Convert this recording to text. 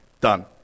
Done